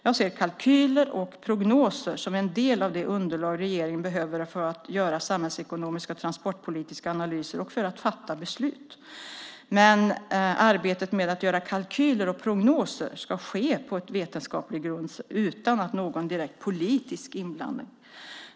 Jag ser kalkyler och prognoser som en del av det underlag regeringen behöver för att göra samhällsekonomiska och transportpolitiska analyser och för att fatta beslut. Men arbetet med att göra kalkyler och prognoser ska ske på vetenskaplig grund utan någon direkt politisk inblandning.